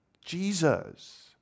Jesus